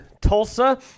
Tulsa